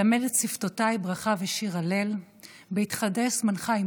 // למד את שפתותי ברכה ושיר הלל / בהתחדש זמנך עם